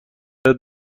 شاید